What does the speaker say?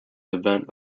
event